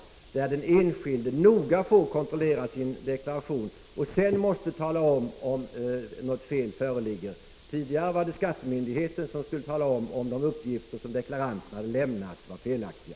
Den enskilde får noga kontrollera sin deklaration och sedan tala om ifall något fel föreligger. Tidigare var det skattemyndigheterna som skulle tala om ifall de uppgifter deklaranterna lämnade var felaktiga.